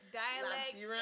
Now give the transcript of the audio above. dialect